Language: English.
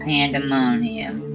Pandemonium